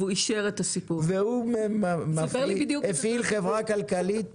הוא הפעיל חברה כלכלית